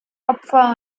opfer